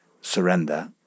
surrender